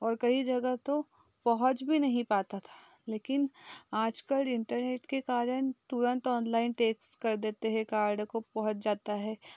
और कई जगह तो पहुंच भी नहीं पाता था लेकिन आज कल इंटरनेट के कारण तुरंत ऑनलाइन टेस्ट कर देते हैं कार्ड उनको पहुंच जाता है